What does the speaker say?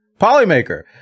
Polymaker